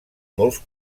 molts